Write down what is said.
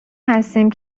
هستیم